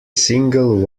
single